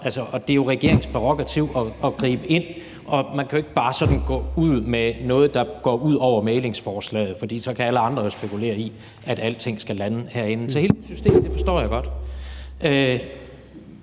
det er jo regeringens prærogativ at gribe ind, og man kan jo ikke bare sådan gå ud med noget, der går ud over mæglingsforslaget, fordi alle andre jo så kan spekulere i, at alting skal lande herinde. Så hele det system forstår jeg godt.